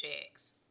checks